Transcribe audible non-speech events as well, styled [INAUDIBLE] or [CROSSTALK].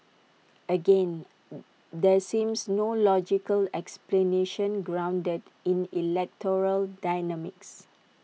again [HESITATION] there seems no logical explanation grounded in electoral dynamics